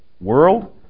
world